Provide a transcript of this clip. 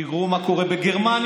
תראו מה קורה בגרמניה,